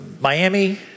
Miami